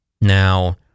Now